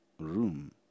room